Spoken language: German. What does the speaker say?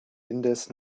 indes